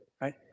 right